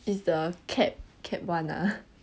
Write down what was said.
is the cap cap [one] lah